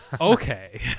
Okay